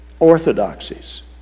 orthodoxies